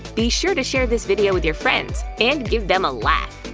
be sure to share this video with your friends and give them a laugh!